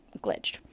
glitched